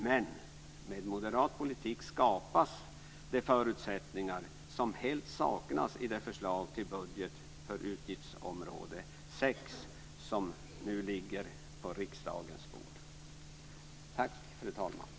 Men med moderat politik skapas de förutsättningar som helt saknas i det förslag till budget för utgiftsområde 6 som nu ligger på riksdagens bord. Tack, fru talman.